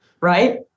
right